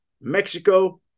Mexico